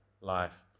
life